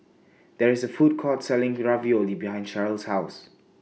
There IS A Food Court Selling Ravioli behind Cherryl's House